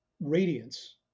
radiance